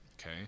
Okay